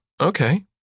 Okay